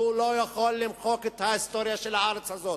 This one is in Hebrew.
הוא לא יכול למחוק את ההיסטוריה של הארץ הזאת.